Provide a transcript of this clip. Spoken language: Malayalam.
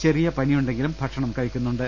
ചെറിയ പനിയുണ്ടെങ്കിലും ഭക്ഷണം കഴിക്കു ന്നുണ്ട്